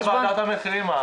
זה לא בוועדת המחירים.